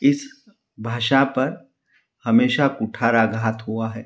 इस भाषा पर हमेशा कुठाराघात हुआ है